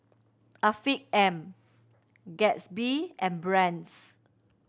Afiq M Gatsby and Brand's